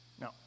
No